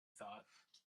thought